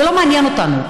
זה לא מעניין אותנו.